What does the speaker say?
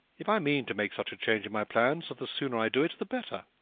if i mean to make such a change in my plans, the sooner i do it the better.